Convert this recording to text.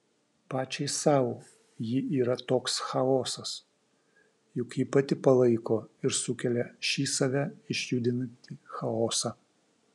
pačiai sau ji yra toks chaosas juk ji pati palaiko ir sukelia šį save išjudinantį chaosą